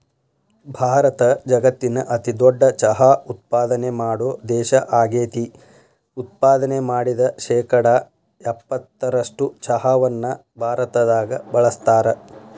ಭಾರತ ಜಗತ್ತಿನ ಅತಿದೊಡ್ಡ ಚಹಾ ಉತ್ಪಾದನೆ ಮಾಡೋ ದೇಶ ಆಗೇತಿ, ಉತ್ಪಾದನೆ ಮಾಡಿದ ಶೇಕಡಾ ಎಪ್ಪತ್ತರಷ್ಟು ಚಹಾವನ್ನ ಭಾರತದಾಗ ಬಳಸ್ತಾರ